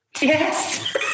Yes